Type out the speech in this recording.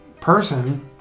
person